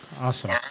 awesome